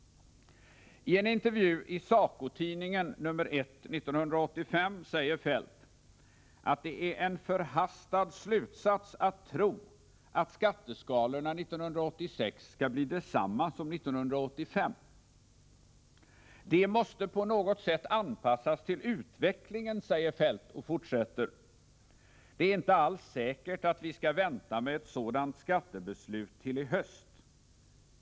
I en intervju i SACO-tidningen, nr 1/1985, säger Kjell-Olof Feldt att det är en förhastad slutsats att tro att skatteskalorna 1986 skall bli desamma som 1985. De måste på något sätt anpassas till inkomstutvecklingen. Kjell-Olof Feldt fortsätter: ”Det är inte alls säkert att vi skall vänta med ett sådant skattebeslut till i höst.